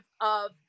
of-